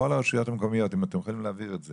בכל הרשויות המקומיות אם אתם יכולים להעביר את זה: